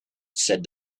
said